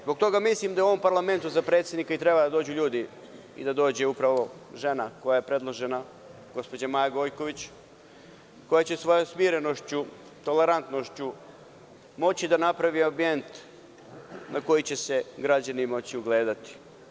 Zbog toga mislim da u ovom parlamentu za predsednika i treba da dođu ljudi i da dođe upravo žena koja je predložena, gospođa Maja Gojković, koja će svojom smirenošću, tolerantnošću moći da napravi ambijent na koji će se građani moći ugledati.